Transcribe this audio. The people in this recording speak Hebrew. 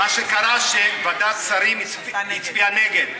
מה שקרה הוא שוועדת שרים הצביעה נגד,